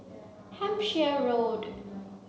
Hampshire Road